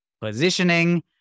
positioning